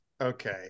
Okay